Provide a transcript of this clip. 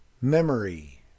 Memory